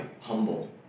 humble